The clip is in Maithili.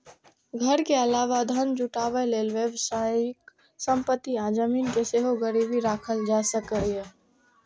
घर के अलावा धन जुटाबै लेल व्यावसायिक संपत्ति आ जमीन कें सेहो गिरबी राखल जा सकैए